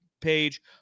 page